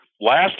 Last